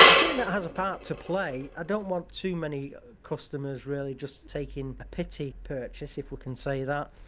ah think that has a part to play. i don't want too many customers really just taking a pity purchase, if we can say that,